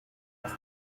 just